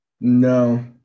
No